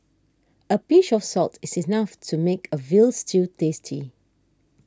a pinch of salt is enough to make a Veal Stew tasty